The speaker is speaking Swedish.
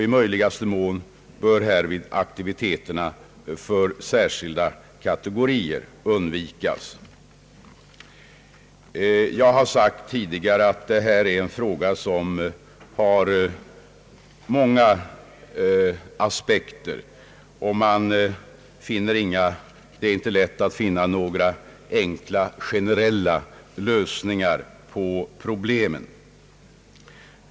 I möjligaste mån bör härvid aktiviteter för särskilda kategorier undvikas. Jag har tidigare sagt att detta är en fråga som har många aspekter. Det är inte lätt att finna några enkla generella lösningar på problemen.